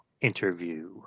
interview